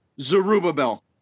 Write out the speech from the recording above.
Zerubbabel